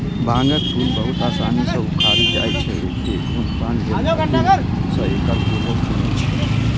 भांगक फूल बहुत आसानी सं उखड़ि जाइ छै, तें धुम्रपान लेल हाथें सं एकर फूल चुनै छै